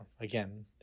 again